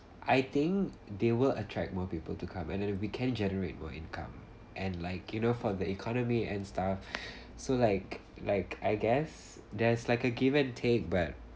I think they will attract more people to come and then we can generate more income and like you know for the economy and stuff so like like I guess there's like a given tape but